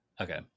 Okay